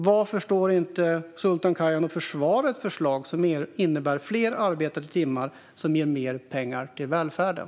Varför står inte Sultan Kayhan och försvarar ett förslag som innebär fler arbetade timmar, som ger mer pengar till välfärden?